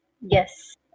Yes